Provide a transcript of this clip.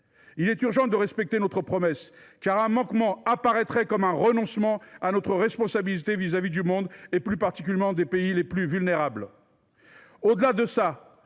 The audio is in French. Il est urgent de respecter notre promesse, car un manquement apparaîtrait comme un renoncement à notre responsabilité vis à vis du monde et, plus particulièrement, des pays les plus vulnérables.